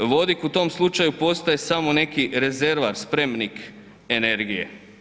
Vodik u tom slučaju postaje samo neki rezervoar, spremnik energije.